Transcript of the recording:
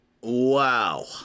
Wow